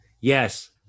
Yes